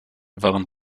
waren